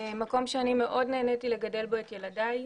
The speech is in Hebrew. מקום שאני מאוד נהניתי לגדל בו את ילדיי